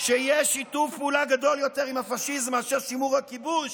שאין שיתוף פעולה גדול יותר עם הפשיזם מאשר שימור הכיבוש,